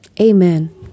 Amen